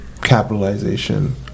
capitalization